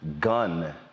gun